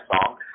song